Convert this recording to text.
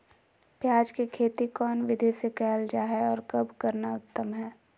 प्याज के खेती कौन विधि से कैल जा है, और कब करना उत्तम है?